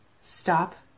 stop